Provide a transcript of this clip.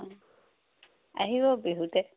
ও আহিব বিহুতে